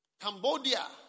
Cambodia